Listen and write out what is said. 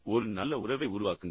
ஒரு நல்ல உறவை உருவாக்குங்கள்